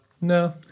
No